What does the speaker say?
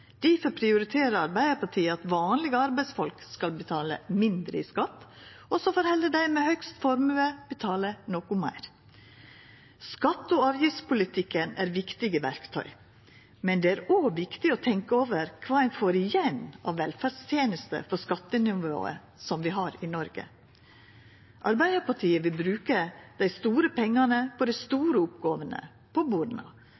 Difor prioriterer Arbeidarpartiet at vanlege arbeidsfolk skal betala mindre i skatt, og så får heller dei med høgst formue betala noko meir. Skatte- og avgiftspolitikken er viktige verktøy, men det er òg viktig å tenkja over kva ein får igjen av velferdstenester for skattenivået som vi har i Noreg. Arbeidarpartiet vil bruka dei store pengane på dei store oppgåvene, på borna,